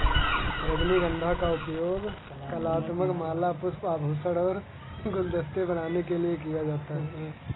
रजनीगंधा का उपयोग कलात्मक माला, पुष्प, आभूषण और गुलदस्ते बनाने के लिए किया जाता है